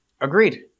Agreed